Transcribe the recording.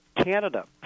Canada